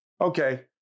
okay